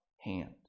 hand